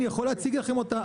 ואני יכול להציג לכם אותה,